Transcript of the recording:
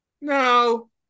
No